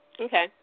Okay